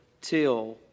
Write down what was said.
till